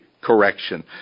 correction